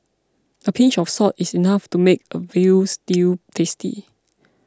a pinch of salt is enough to make a Veal Stew tasty